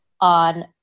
on